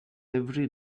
every